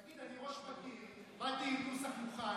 תגיד: אני ראש בקיר, באתי עם נוסח מוכן,